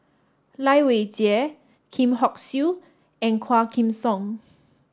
Lai Weijie Lim Hock Siew and Quah Kim Song